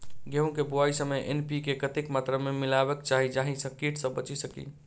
गेंहूँ केँ बुआई समय एन.पी.के कतेक मात्रा मे मिलायबाक चाहि जाहि सँ कीट सँ बचि सकी?